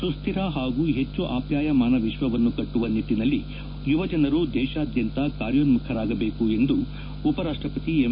ಸುಸ್ದಿರ ಹಾಗೂ ಹೆಚ್ಚು ಆಪ್ಯಾಯಮಾನ ವಿಶ್ವವನ್ನು ಕಟ್ಟುವ ನಿಟ್ಟಿನಲ್ಲಿ ಯುವ ಜನರು ದೇಶಾದ್ಯಂತ ಕಾರ್ಯೋನ್ಮ್ಮಖರಾಗಬೇಕು ಎಂದು ಉಪರಾಷ್ಟಪತಿ ಎಂ